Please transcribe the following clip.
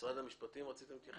משרד המשפטים רצה להתייחס.